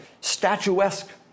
statuesque